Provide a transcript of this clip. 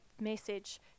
message